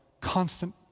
constant